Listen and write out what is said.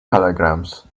telegrams